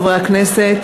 חברי הכנסת,